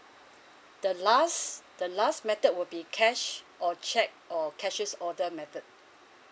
the last the last method will be cash or cheque or cash on order method